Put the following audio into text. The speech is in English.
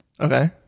Okay